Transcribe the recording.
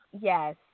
Yes